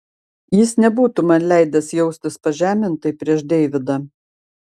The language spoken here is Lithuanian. jis nebūtų man leidęs jaustis pažemintai prieš deividą